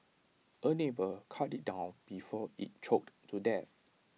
A neighbour cut IT down before IT choked to death